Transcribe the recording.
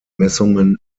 messungen